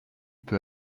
peut